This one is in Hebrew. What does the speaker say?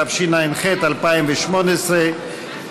התשע"ח 2018,